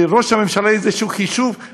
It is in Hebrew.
לראש הממשלה היה איזשהו חישוב.